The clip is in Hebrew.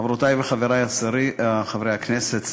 חברותי וחברי חברי הכנסת,